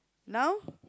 now